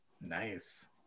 nice